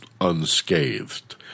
unscathed